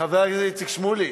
חבר הכנסת איציק שמולי,